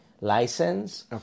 license